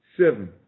seven